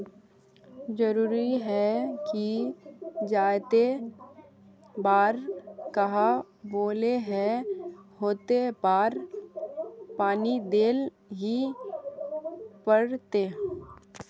जरूरी है की जयते बार आहाँ बोले है होते बार पानी देल ही पड़ते?